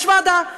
יש ועדה,